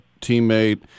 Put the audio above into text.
teammate